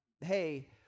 hey